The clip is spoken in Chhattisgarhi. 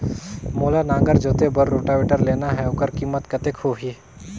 मोला नागर जोते बार रोटावेटर लेना हे ओकर कीमत कतेक होही?